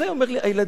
אומר לי: הילדים,